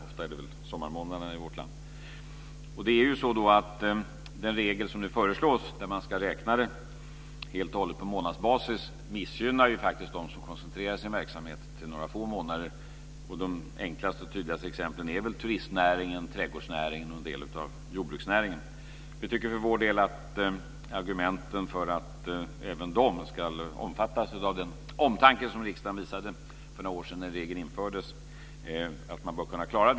Ofta är det sommarmånaderna i vårt land. Den regel som nu föreslås, där man ska räkna helt och hållet på månadsbasis, missgynnar faktiskt dem som koncentrerar sin verksamhet till några få månader. De enklaste och tydligaste exemplen är väl turistnäringen, trädgårdsnäringen och en del av jordbruksnäringen. Vi tycker för vår del att argumenten talar för att även de ska omfattas av den omtanke som riksdagen visade för några år sedan när regeln infördes. Det bör man kunna klara.